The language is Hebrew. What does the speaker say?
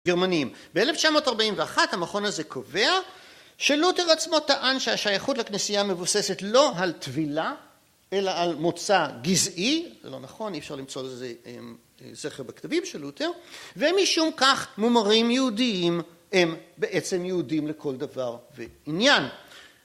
גרמנים. ב-1941 המכון הזה קובע שלותר עצמו טען שהשייכות לכנסייה מבוססת לא על טבילה, אלא על מוצא גזעי, זה לא נכון, אי אפשר למצוא לזה זכר בכתבים של לותר, ומשום כך מומרים יהודיים הם בעצם יהודים לכל דבר ועניין.